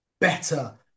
better